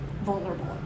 vulnerable